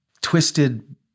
twisted